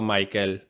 Michael